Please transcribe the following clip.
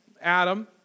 Adam